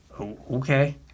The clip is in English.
Okay